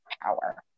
power